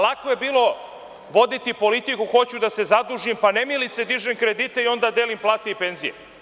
Lako je bilo voditi politiku hoću da se zadužim, pa nemilice diže kredite i onda deli plate i penzije.